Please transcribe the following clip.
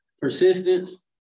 Persistence